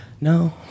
no